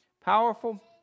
powerful